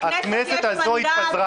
לכנסת יש מנדט.